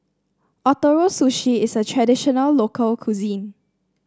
Ootoro Sushi is a traditional local cuisine